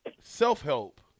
self-help